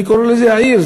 אני קורא לזה: העיר.